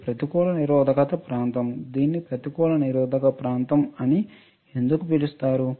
ఇది ప్రతికూల నిరోధక ప్రాంతం దీన్ని ప్రతికూల నిరోధక ప్రాంతం అని ఎందుకు పిలుస్తారు